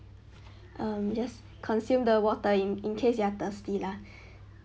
um just consume the water in in case you are thirsty lah